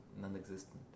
non-existent